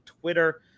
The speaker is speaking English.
Twitter